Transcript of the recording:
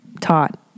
taught